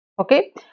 okay